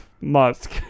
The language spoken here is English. Musk